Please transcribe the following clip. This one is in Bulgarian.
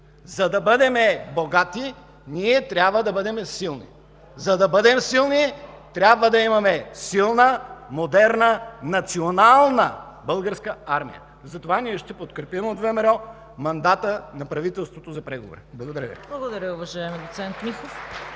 За да бъдем богати, ние трябва да бъдем силни. За да бъдем силни, трябва да имаме силна, модерна, национална българска армия. Затова ние ще подкрепим – от ВМРО, мандата на правителството за преговори. (Ръкопляскания отдясно.)